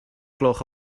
gloch